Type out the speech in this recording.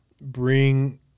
bring